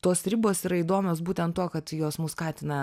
tos ribos yra įdomios būten tuo kad jos mus skatina